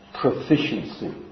proficiency